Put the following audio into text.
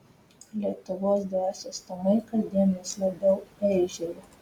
lietuvos dvasios namai kasdien vis labiau eižėja